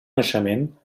naixement